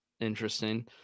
Interesting